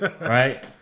right